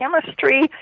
chemistry